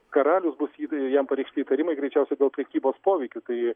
karalius bus jį jam pareikšti įtarimai greičiausiai dėl prekybos poveikiu tai